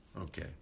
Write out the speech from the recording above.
Okay